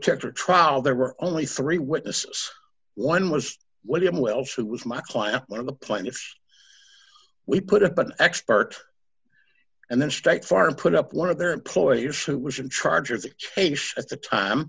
protector trial there were only three witnesses one was william wells who was my client one of the plaintiffs we put up an expert and then state farm put up one of their employers who was in charge of the case at the time